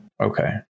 okay